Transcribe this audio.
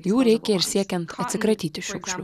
jų reikia ir siekiant atsikratyti šiukšlių